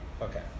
Okay